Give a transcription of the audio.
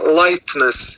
lightness